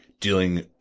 dealing